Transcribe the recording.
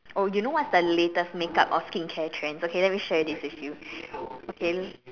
oh you know what is the latest makeup or skincare trends okay let me share this with you okay